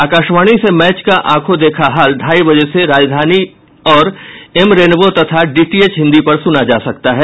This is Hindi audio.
आकाशवाणी से मैच का आंखों देखा हाल ढाई बजे से राजधानी और एम रेनबो तथा डीटीएच हिंदी पर सुना जा सकता है